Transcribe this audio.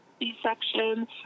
C-section